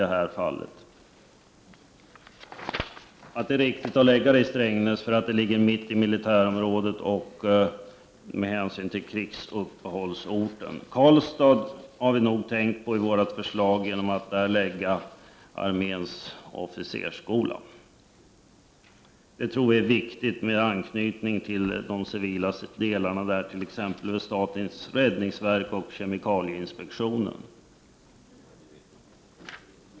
Det är riktigt att förlägga militärområdesstaben till Strängnäs, eftersom staden ligger mitt i militärområdet med hänsyn till krigsuppehållsorten. Vårt förslag är att förlägga arméns officersskola till Karlstad. Vi tror att det är viktigt med en anknytning till den civila verksamheten där, t.ex. statens räddningsverk och kemikalieinspektionen.